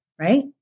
right